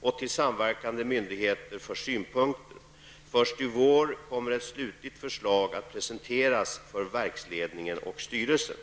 Denna kommer senare i vår att besluta om den nya lokala organisationen.